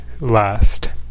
last